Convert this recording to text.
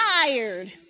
tired